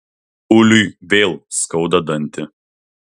uliui vėl skauda dantį